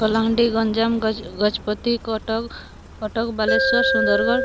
Kalahandi Ganjam Gajapati Cuttack Cuttack Balasore Sundargarh